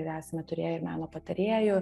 ir esame turėję ir meno patarėjų